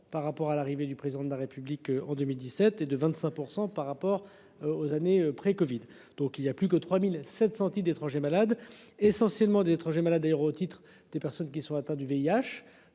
par rapport à l'arrivée du président de la République en 2017 et de 25% par rapport. Aux années pré-Covid. Donc il y a plus que 3700 d'étranger malade essentiellement des étrangers malades ailleurs au titre des personnes qui sont atteints du VIH